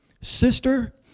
sister